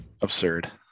absurd